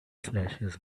slashes